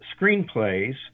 screenplays